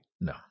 No